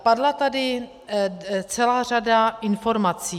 Padla tady celá řada informací.